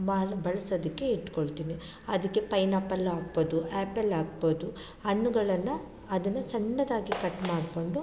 ಮಾ ಬಳ್ಸೋದಕ್ಕೆ ಇಟ್ಕೊಳ್ತೀನಿ ಅದಕ್ಕೆ ಪೈನಾಪಲ್ ಹಾಕ್ಬೌದು ಆ್ಯಪಲ್ ಹಾಕ್ಬೌದು ಹಣ್ಣುಗಳನ್ನು ಅದನ್ನು ಸಣ್ಣದಾಗಿ ಕಟ್ ಮಾಡಿಕೊಂಡು